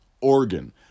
organ